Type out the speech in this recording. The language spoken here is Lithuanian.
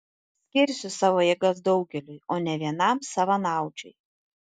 skirsiu savo jėgas daugeliui o ne vienam savanaudžiui